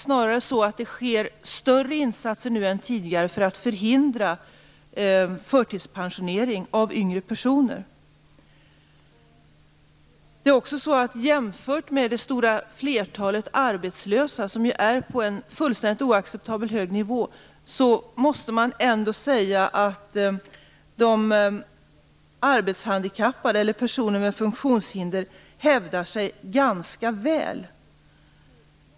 Snarare vidtas det nu större insatser än tidigare för att förhindra förtidspensionering av yngre personer. Jämfört med det stora antalet arbetslösa - som ju ligger på en fullständigt oacceptabel hög nivå - hävdar sig personer med funktionshinder ganska väl.